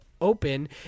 open